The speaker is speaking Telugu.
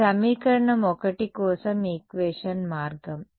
ఇది సమీకరణం 1 కోసం ఈక్వేషన్ మార్గం